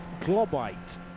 Globite